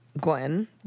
Gwen